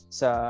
sa